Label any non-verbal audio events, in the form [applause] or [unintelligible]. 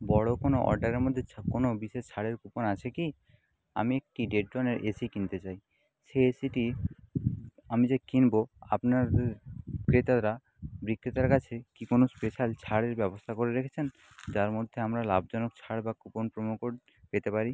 বড়ো কোনো অর্ডারের মধ্যে [unintelligible] কোনো বিশেষ ছাড়ের কুপন আছে কি আমি একটি দেড় টনের এসি কিনতে চাই সেই এসিটি আমি যে কিনবো আপনার ক্রেতারা বিক্রেতার কাছে কি কোনো স্পেশাল ছাড়ের ব্যবস্থা করে রেখেছেন যার মধ্যে আমরা লাভজনক ছাড় বা কুপন প্রোমো কোড পেতে পারি